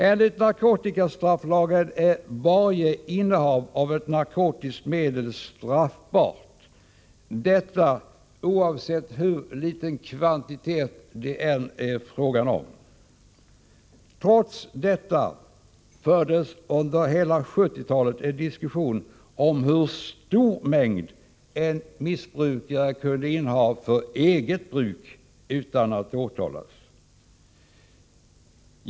Enligt narkotikastrafflagen är varje innehav av ett narkotiskt medel straffbart, oavsett hur liten kvantitet det är fråga om. Trots detta fördes under hela 1970-talet en diskussion om hur stor mängd en missbrukare kunde inneha för eget bruk utan att åtalas.